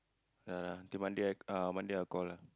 ah nanti Monday I Monday I'll call lah